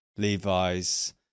Levi's